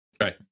Right